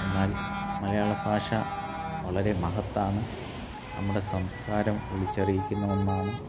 എന്നാൽ മലയാള ഭാഷ വളരെ മഹത്താണ് നമ്മുടെ സംസ്കാരം വിളിച്ചറിയിക്കുന്ന ഒന്നാണ്